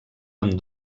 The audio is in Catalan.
amb